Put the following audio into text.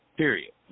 Period